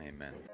Amen